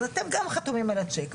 ואתם גם חתומים על הצ'ק.